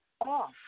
off